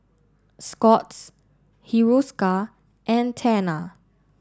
Scott's Hiruscar and Tena